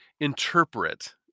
interpret